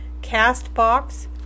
CastBox